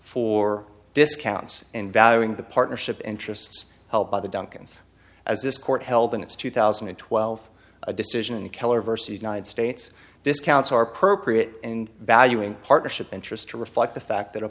for discounts and valuing the partnership interests held by the duncans as this court held in its two thousand and twelve a decision in the keller versus united states discounts or per prius and valuing partnership interest to reflect the fact that a